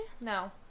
No